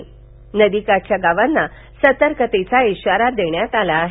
त्यामुळ नदीकाठच्या गावांना सतर्कतेचा इशारा देण्यात आला आहे